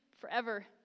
forever